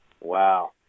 Wow